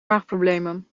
maagproblemen